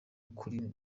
ukuri